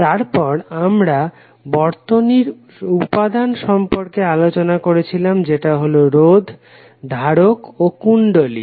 তারপর আমরা বর্তনীর উপাদান সম্পর্কে আলোচনা করেছিলাম যেটা হলো রোধ ধারক ও কুণ্ডলী